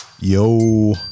Yo